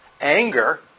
anger